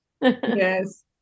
Yes